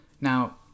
Now